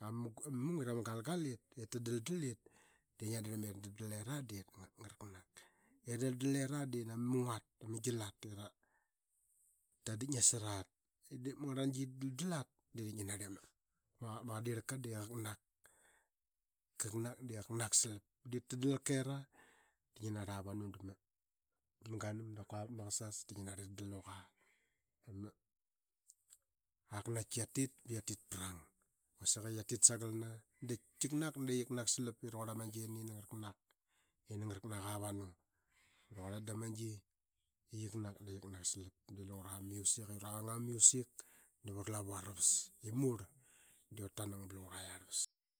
nama mungit ama galgal i de radaldal it de ngiat darlam i ra daldal era ba et ngaraknak. Ra daldal lera nama mungat ama gilat ira dik nasar at i diip ama ngarlnangi qa daldal et de ngi narli ama qadirlki de qaknak. Kaknak de qaknak salao ba diip ta dalka era de diip ngi narli avanu dama ganam dap kua vat ma qasas. De ngi narli ra dal luqa ba ma alnaki qatit ba qia tit parang quasik i qiatit de qiatit sagalna. Dap kiknak qiknak salap i raqurl ama gini ini ngaraknak di eni ngaraknak avanu, qiknak de qiknak salap. De lungura ma music navuralavu aravas i murl di utanang ba lungura arlvas.